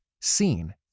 seen